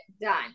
Done